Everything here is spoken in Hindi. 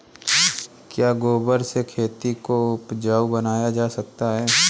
क्या गोबर से खेती को उपजाउ बनाया जा सकता है?